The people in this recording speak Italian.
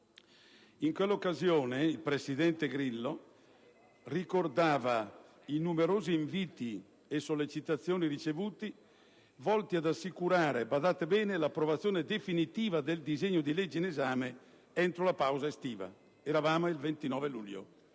In quella occasione il presidente Grillo ricordava i numerosi inviti e sollecitazioni ricevuti volti ad assicurare, badate bene, l'approvazione definitiva del disegno di legge in esame entro la pausa estiva: eravamo al 29 luglio,